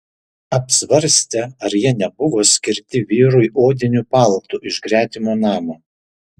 apsvarstė ar jie nebuvo skirti vyrui odiniu paltu iš gretimo namo